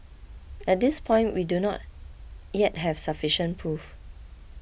at this point we do not yet have sufficient proof